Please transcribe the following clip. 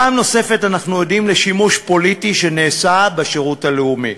פעם נוספת אנחנו עדים לשימוש פוליטי שנעשה בשירות הלאומי.